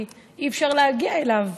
כי אי-אפשר להגיע אליו,